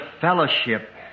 fellowship